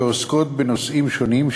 שעוסקות בנושאים שונים,